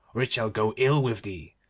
or it shall go ill with thee,